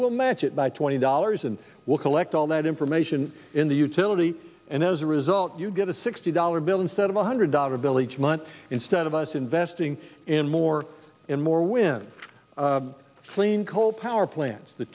we'll match it by twenty dollars and we'll collect all that information in the utility and as a result you get a sixty dollar bill instead of a hundred dollar bill each month instead of us investing in more and more wind clean coal power plants the